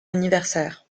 anniversaire